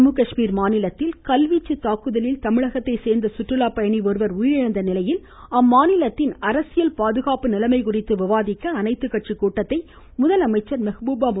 ஜம்மு காஷ்மீர் மாநிலத்தில் கல்வீச்சு தாக்குதலில் தமிழகத்தை சேர்ந்த சுற்றுலா பயணி ஒருவர் உயிரிழந்த நிலையில் அம்மாநிலத்தின் அரசியல் பாதுகாப்பு நிலைமை குறித்து விவாதிக்க அனைத்து கட்சி கூட்டத்தை முதலமைச்சர் மெஹபூபா மு